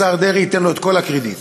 השר דרעי ייתן לו את כל הקרדיט.